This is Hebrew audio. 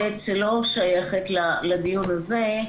שלא שייכת לדיון הזה,